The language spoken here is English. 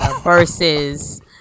versus